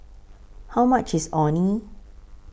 How much IS Orh Nee